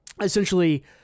essentially